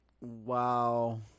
wow